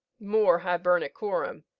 more hibernicorum,